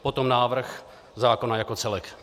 Potom návrh zákona jako celek.